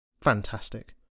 Fantastic